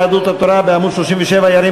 ההסתייגויות של קבוצת סיעת יהדות התורה לסעיף 06,